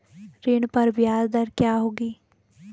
ऋण पर ब्याज दर क्या होगी?